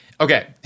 Okay